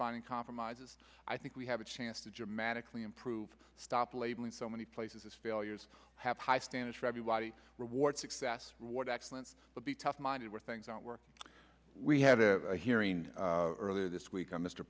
finding compromises i think we have a chance to dramatically improve stop labeling so many places as failures have high standards for everybody reward success reward excellence but be tough minded where things aren't working we had a hearing earlier this week on mr